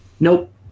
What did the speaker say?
Nope